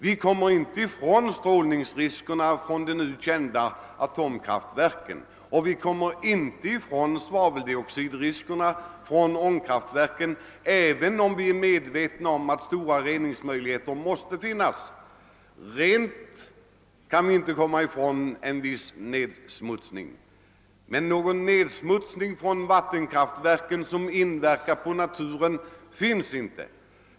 Vi kommer inte ifrån strålningsriskerna från de nu kända atomkraftverken och inte heller svaveldioxidriskerna vid ångkraftverken, även om vi är medvetna om att det måste till stora reningsmöjligheter. Helt kan vi inte eliminera en viss nedsmutsning. Men någon nedsmutsning från vattenkraftverken som inverkar på naturen finns inte.